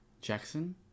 Jackson